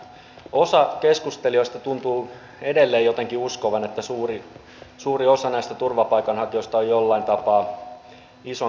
osa keskustelijoista tuntuu edelleen jotenkin uskovan että suuri osa näistä turvapaikanhakijoista on jollain tapaa isonkin hädän alla